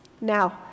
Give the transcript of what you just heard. Now